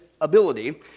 ability